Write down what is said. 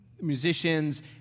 musicians